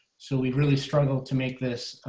so we really struggled to make this